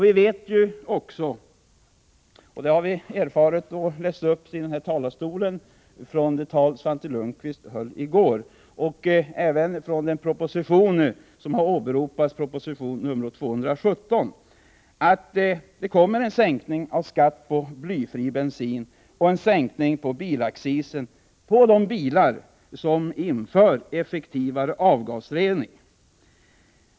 Vi har också erfarit, bl.a. genom det tal Svante Lundkvist höll i går och i den proposition som har åberopats, nr 217, att det kommer en sänkning av skatten på blyfri bensin och en sänkning av bilaccisen för de bilar som inför effektivare avgasrening.